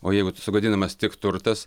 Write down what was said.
o jeigu sugadinamas tik turtas